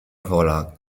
wola